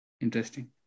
Interesting